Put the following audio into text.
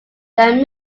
that